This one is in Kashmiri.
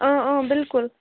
اۭں اۭں بِلکُل